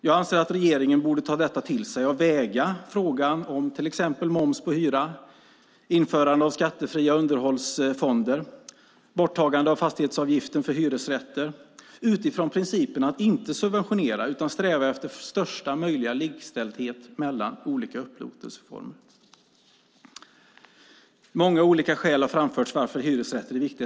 Jag anser att regeringen borde ta detta till sig och väga frågan om till exempel moms på hyran, införande av skattefria underhållsfonder och borttagande av fastighetsavgiften för hyresrätter utifrån principen att inte subventionera utan sträva efter största möjliga likställdhet mellan olika upplåtelseformer. Många olika skäl har framförts till varför hyresrätter är viktiga.